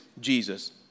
Jesus